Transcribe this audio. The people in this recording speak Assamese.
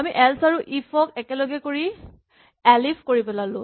আমি এল্চ আৰু ইফ ক একেলগ কৰি এলিফ কৰি পেলালো